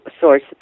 source